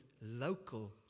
local